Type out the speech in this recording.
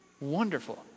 Wonderful